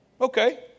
Okay